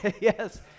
yes